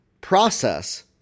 process